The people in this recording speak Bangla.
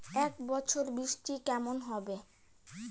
এবছর বৃষ্টি কেমন হবে?